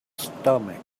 stomach